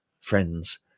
friends